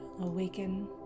awaken